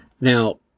Now